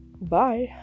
Bye